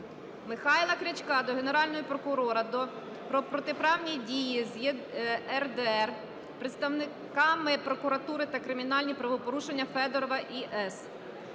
Михайла Крячка до Генерального прокурора про протиправні дії з ЄРДР представниками прокуратури та кримінальні правопорушення Федорова І.С.